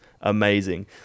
amazing